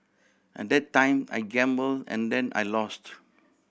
at that time I gambled and then I lost